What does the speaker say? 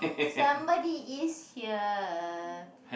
somebody is here